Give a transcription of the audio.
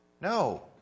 No